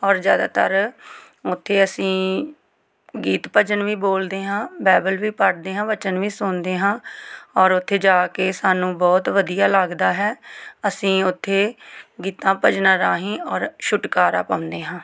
ਔਰ ਜ਼ਿਆਦਾਤਰ ਉੱਥੇ ਅਸੀਂ ਗੀਤ ਭਜਨ ਵੀ ਬੋਲਦੇ ਹਾਂ ਬਾਇਬਲ ਵੀ ਪੜ੍ਹਦੇ ਹਾਂ ਵਚਨ ਵੀ ਸੁਣਦੇ ਹਾਂ ਔਰ ਉੱਥੇ ਜਾ ਕੇ ਸਾਨੂੰ ਬਹੁਤ ਵਧੀਆ ਲੱਗਦਾ ਹੈ ਅਸੀਂ ਉੱਥੇ ਗੀਤਾਂ ਭਜਨਾਂ ਰਾਹੀਂ ਔਰ ਛੁਟਕਾਰਾ ਪਾਉਂਦੇ ਹਾਂ